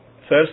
First